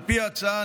על פי ההצעה,